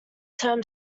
term